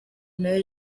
nawe